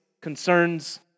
concerns